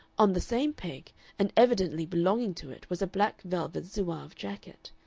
on the same peg and evidently belonging to it was a black velvet zouave jacket.